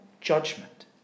judgment